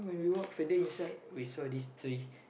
when we walk further inside we saw this tree